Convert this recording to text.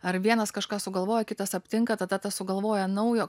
ar vienas kažką sugalvoja kitas aptinka tada tas sugalvoja naujo